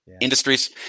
industries